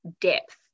depth